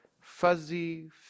fuzzy